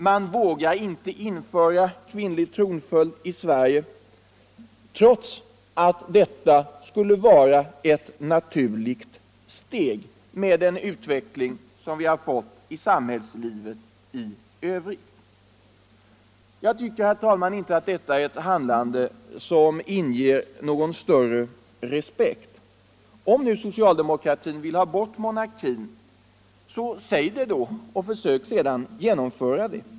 Man vill inte införa kvinnlig tronföljd i Sverige, trots att detta skulle vara ett naturligt steg med tanke på den utveckling som vi har fått i samhällslivet i övrigt. Jag tycker, herr talman, inte att detta är ett handlande som inger någon större respekt. Om nu socialdemokratin vill ha bort monarkin, så säg det då, och försök sedan genomföra det!